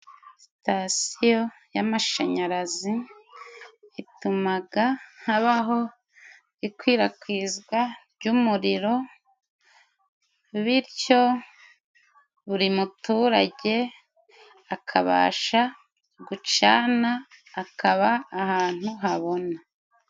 Sitasiyo y'amashanyarazi itumaga habaho ikwirakwizwa ry'umuriro, bityo buri muturage akabasha gucana, akaba ahantu habona.